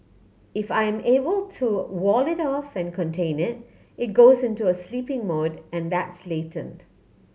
if I am able to wall it off and contain it it goes into a sleeping mode and that's latent